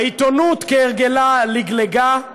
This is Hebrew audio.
העיתונות, כהרגלה, לגלגה.